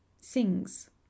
sings